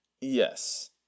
Yes